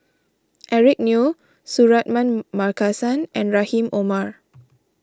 Eric Neo Suratman Markasan and Rahim Omar